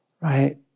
right